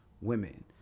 women